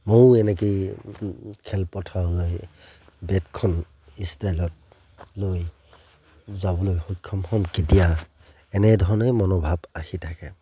ময়ো এনেকৈয়ে খেলপথাৰলৈ বেটখন ষ্টাইলত লৈ যাবলৈ সক্ষম হ'ম কেতিয়া এনেধৰণে মনোভাৱ আহি থাকে